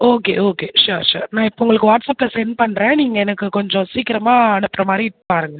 okay okay sure sure நான் இப்போ உங்களுக்கு வாட்ஸாப்பில சென்ட் பண்ணுற நீங்கள் எனக்கு கொஞ்சம் சீக்கரமாக அனுப்புறா மாதிரி பாருங்கள்